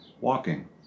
walking